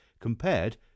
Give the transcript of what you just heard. compared